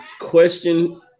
question